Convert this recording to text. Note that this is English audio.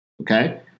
Okay